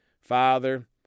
Father